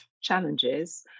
challenges